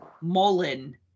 Mullen